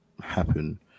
happen